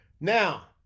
Now